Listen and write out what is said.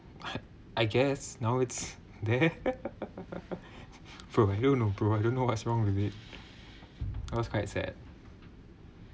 I guess now it's there bro I don't know bro I don't know what's wrong with it I was quite sad